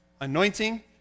anointing